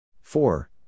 Four